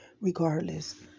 regardless